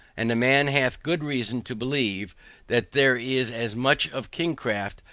and a man hath good reason to believe that there is as much of king-craft,